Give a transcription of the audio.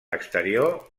exterior